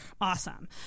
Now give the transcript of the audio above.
Awesome